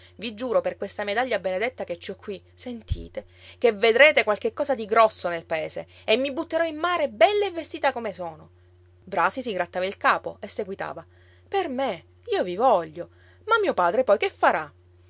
vi giuro per questa medaglia benedetta che ci ho qui sentite che vedrete qualche cosa di grosso nel paese e mi butterò in mare bella e vestita come sono brasi si grattava il capo e seguitava per me io vi voglio ma mio padre poi che farà